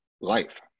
life